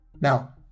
Now